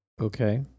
Okay